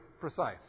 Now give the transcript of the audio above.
precise